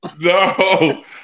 No